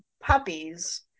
puppies